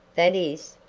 that is?